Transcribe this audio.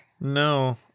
No